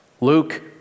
Luke